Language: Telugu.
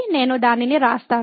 నేను దానిని వ్రాస్తాను